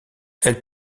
elle